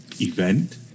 event